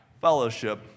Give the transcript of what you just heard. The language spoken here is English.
fellowship